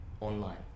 online